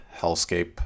hellscape